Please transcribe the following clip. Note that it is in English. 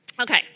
Okay